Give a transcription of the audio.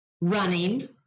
running